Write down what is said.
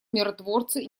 миротворцы